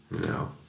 No